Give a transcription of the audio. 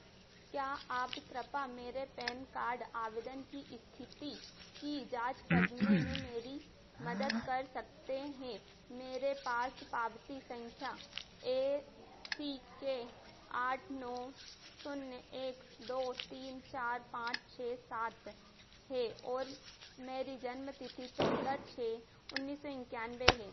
क्या आप कृपया मेरे पैन कार्ड आवेदन की स्थिति की जाँच करने में मेरी मदद कर सकते हें मेरे पास पावती संख्या ए सी के आठ नो सून्य एक दो तीन चार पाँच छः सात है ओर मेरी जन्मतिथि चौदह छः उन्नीस सौ इक्यानवे है